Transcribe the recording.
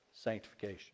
sanctification